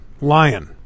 lion